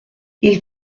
ils